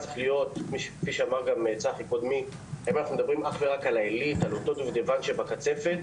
אנחנו מדברים רק על הדובדבן שבקצפת